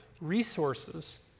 resources